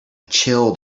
chill